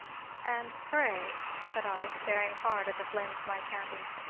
and, pray, said i, staring hard at the flame of my candle,